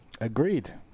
Agreed